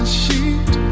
sheet